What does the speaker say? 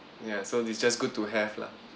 ya so it's just good to have lah